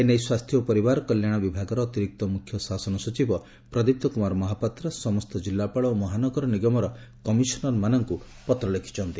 ଏ ନେଇ ସ୍ୱାସ୍କ୍ୟ ଏବଂ ପରିବାର କଲ୍ୟାଣ ବିଭାଗର ଅତିରିକ୍ତ ମୁଖ୍ୟ ଶାସନ ସଚିବ ପ୍ରଦୀପ୍ତ କୁମାର ମହାପାତ୍ର ସମସ୍ତ ଜିଲ୍ଲାପାଳ ଓ ମହାନଗର ନିଗମର କମିଶନର ମାନଙ୍କୁ ପତ୍ର ଲେଖିଛନ୍ତି